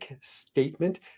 statement